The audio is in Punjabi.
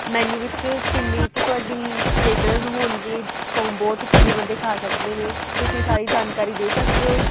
ਮੈਨਿਊ ਵਿੱਚ ਕਿੰਨੀ ਕੁ ਤੁਹਾਡੀ ਪਲੇਟਰ ਹੋਣਗੇ ਕੋਮਬੋ ਅਤੇ ਕਿੰਨੇ ਬੰਦੇ ਖਾ ਸਕਦੇ ਨੇ ਤੁਸੀਂ ਸਾਰੀ ਜਾਣਕਾਰੀ ਦੇ ਸਕਦੇ ਹੋ